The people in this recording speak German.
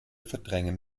verdrängen